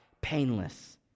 painless